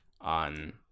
on